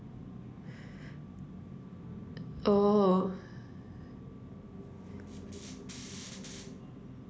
oh